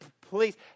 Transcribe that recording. please